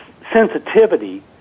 sensitivity